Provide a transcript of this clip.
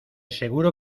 seguro